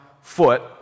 Foot